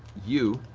you